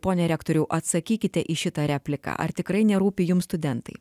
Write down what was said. pone rektoriau atsakykite į šitą repliką ar tikrai nerūpi jums studentai